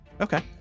Okay